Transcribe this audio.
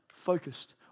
Focused